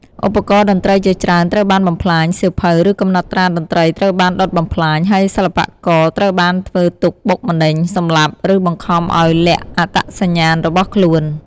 ឧបករណ៍តន្ត្រីជាច្រើនត្រូវបានបំផ្លាញ សៀវភៅ ឬកំណត់ត្រាតន្ត្រីត្រូវបានដុតបំផ្លាញ ហើយសិល្បករត្រូវបានធ្វើទុក្ខបុកម្នេញ សម្លាប់ ឬបង្ខំឱ្យលាក់អត្តសញ្ញាណរបស់ខ្លួន។